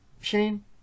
Shane